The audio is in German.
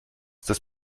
des